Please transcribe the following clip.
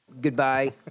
Goodbye